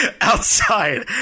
outside